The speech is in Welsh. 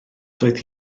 doedd